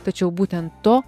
tačiau būtent to